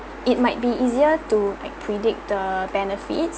it might be easier to like predict the benefits